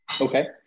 Okay